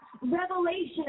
revelation